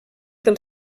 del